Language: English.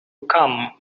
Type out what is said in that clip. come